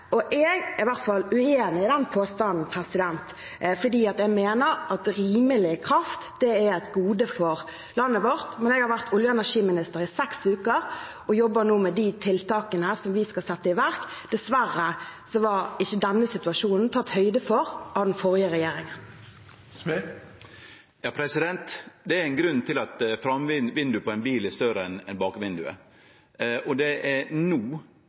Jeg er uenig i den påstanden, for jeg mener at rimelig kraft er et gode for landet vårt. Jeg har vært olje- og energiminister i seks uker og jobber nå med de tiltakene som vi skal sette i verk. Dessverre var ikke denne situasjonen tatt høyde for av den forrige regjeringen. Det er ein grunn til at framvindauget på ein bil er større enn bakvindauget. Det er no kraftkrisa er